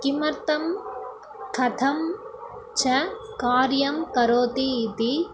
किमर्थं कथं च कार्यं करोति इति